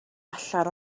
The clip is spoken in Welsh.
allan